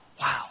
Wow